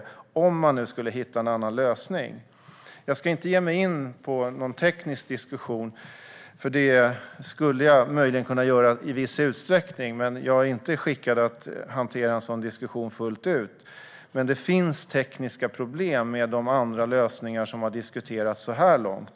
Jag ska inte ge mig in på någon teknisk diskussion, även om jag möjligen skulle kunna göra det i viss utsträckning. Jag är inte skickad att hantera en sådan diskussion fullt ut. Men det finns tekniska problem med de andra lösningar som har diskuterats så här långt.